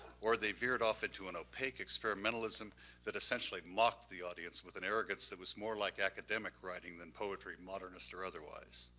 or they veered off into an opaque experimentalism that essentially mocked the audience with an arrogance that was more like academic writing than poetry modernist or otherwise.